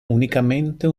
unicamente